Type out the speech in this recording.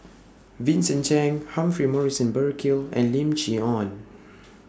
Vincent Cheng Humphrey Morrison Burkill and Lim Chee Onn